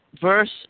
verse